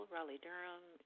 Raleigh-Durham